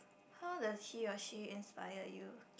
how does he or she inspired you